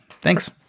Thanks